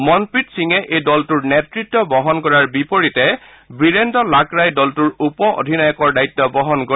মনপ্ৰীত সিঙে এই দলটোৰ নেত়ত্ব বহন কৰাৰ বিপৰীতে বীৰেন্দ্ৰ লাকৰাই দলটোৰ উপ অধিনায়কৰ দায়িত্ব বহন কৰিব